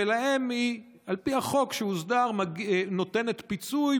ועל פי החוק שהוסדר נותנת להם פיצוי,